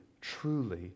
truly